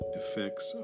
effects